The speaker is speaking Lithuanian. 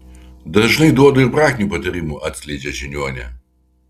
dažnai duodu ir praktinių patarimų atskleidžia žiniuonė